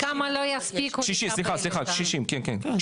סליחה, סליחה, קשישים, כן, כן.